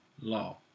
law